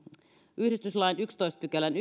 yhdistyslain yhdennentoista pykälän